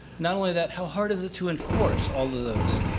not only that, how hard is it to enforce all of those?